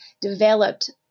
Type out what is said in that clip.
developed